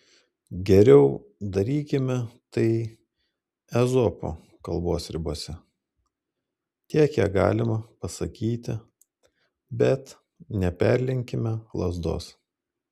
geriau darykime tai ezopo kalbos ribose tiek kiek galima pasakyti bet neperlenkime lazdos